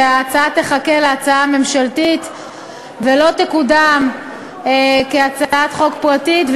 וההצעה תחכה להצעה הממשלתית ולא תקודם כהצעת חוק פרטית,